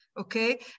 Okay